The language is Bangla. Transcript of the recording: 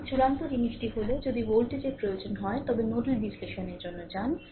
সুতরাং চূড়ান্ত জিনিসটি হল যদি ভোল্টেজের প্রয়োজন হয় তবে নোডাল বিশ্লেষণের জন্য যান